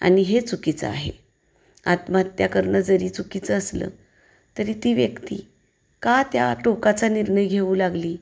आणि हे चुकीचं आहे आत्महत्या करणं जरी चुकीचं असलं तरी ती व्यक्ती का त्या टोकाचा निर्णय घेऊ लागली